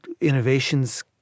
innovations